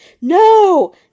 No